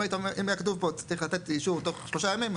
אם היה כתוב פה צריך לתת אישור תוך שלושה ימים,